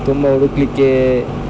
ತುಂಬ ಹುಡಕಲಿಕ್ಕೆ